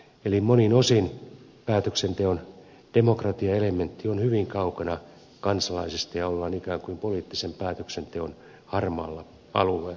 eli monin osin päätöksenteon demokratiaelementti on hyvin kaukana kansalaisista ja ollaan ikään kuin poliittisen päätöksenteon harmaalla alueella demokratian näkökulmasta